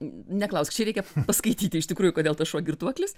neklausk čia reikia paskaityti iš tikrųjų kodėl tas šuo girtuoklis